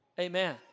Amen